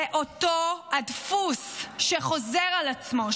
זה אותו הדפוס שחוזר על עצמו,